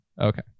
Okay